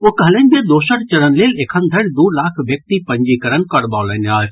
ओ कहलनि जे दोसर चरण लेल एखन धरि दू लाख व्यक्ति पंजीकरण करबौलनि अछि